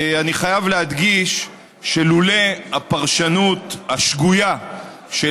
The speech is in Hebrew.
אני חייב להדגיש שלולא הפרשנות השגויה של